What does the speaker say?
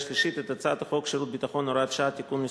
שלישית את הצעת חוק שירות ביטחון (הוראת שעה) (תיקון מס'